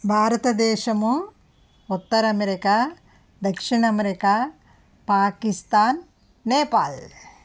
భారతదేశము ఉత్తర అమెరికా దక్షిణ అమెరికా పాకిస్తాన్ నేపాల్